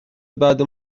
بعد